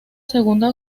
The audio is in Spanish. segunda